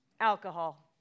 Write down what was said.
Alcohol